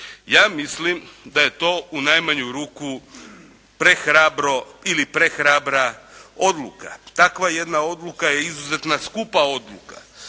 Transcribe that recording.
Ja mislim da je to u najmanju ruku prehrabro, ili prehrabra odluka. Takva jedna odluka je izuzetno skupa odluka.